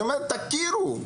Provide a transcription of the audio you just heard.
אני אומר: תכירו;